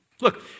Look